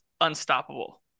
unstoppable